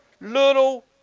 little